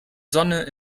sonne